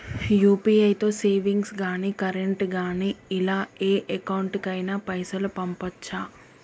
UPI తో savings గాని current గాని ఇలా ఏ అకౌంట్ కైనా పైసల్ పంపొచ్చా?